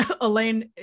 Elaine